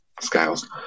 scales